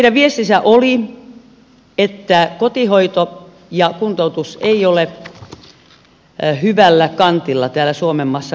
heidän viestinsä oli että kotihoito ja kuntoutus eivät ole hyvällä kantilla täällä suomenmaassa vieläkään